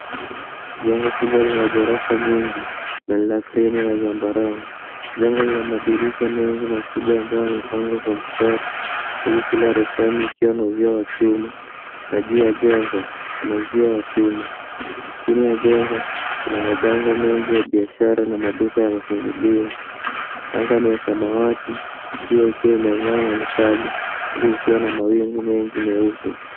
Jengo kubwa lina ghorofa nyingi na la kreamu la zambarau. Jengo lina madirisha mengi makubwa ambayo yamepangwa kwa mstari, huku kila roshani ikiwa na uzio wa chuma, na juu ya jengo, kuna uzio wa chuma. Chini ya jengo, kuna mabango mengi ya biashara na maduka yamefunguliwa. Anga ni ya samawati, jua likiwa lime'aa na kali, huku kukiwa na mawingu mengi meupe.